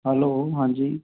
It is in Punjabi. ਹੈਲੋ ਹਾਂਜੀ